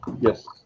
Yes